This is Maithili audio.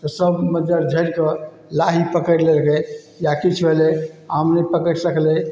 तऽ सब मज्जर झड़िकऽ लाही पकड़ि लेलकै या किछु भेलै आम नहि पकड़ि सकलै